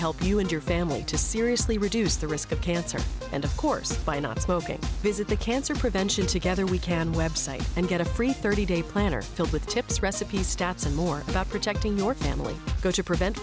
help you and your family to seriously reduce the risk of cancer and of course by not smoking visit the cancer prevention together we can website and get a free thirty day planner filled chips recipe stats for protecting your family go to prevent